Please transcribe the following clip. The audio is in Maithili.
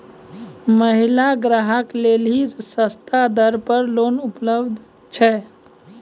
महिला ग्राहक लेली सस्ता दर पर लोन उपलब्ध छै?